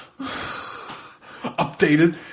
Updated